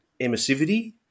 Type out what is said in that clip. emissivity